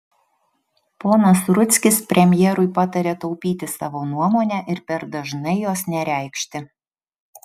ponas rudzkis premjerui pataria taupyti savo nuomonę ir per dažnai jos nereikšti